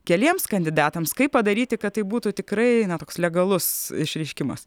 keliems kandidatams kaip padaryti kad tai būtų tikrai na toks legalus išreiškimas